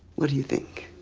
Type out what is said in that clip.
what do you think